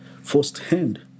firsthand